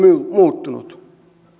muuttunut